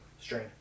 strain